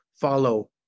follow